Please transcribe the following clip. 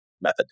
method